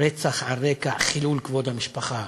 "רצח על רקע חילול כבוד המשפחה".